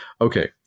okay